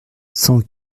cent